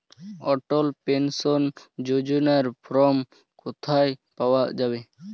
অটল pension যোজনার form কোথায় পাওয়া যাবে?